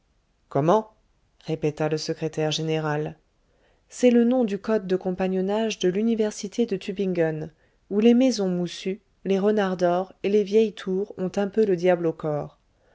comment comment répéta le secrétaire général c'est le nom du code de compagnonnage de l'université de tubingen où les maisons moussues les renards d'or et les vieilles tours ont un peu le diable au corps